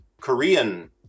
Korean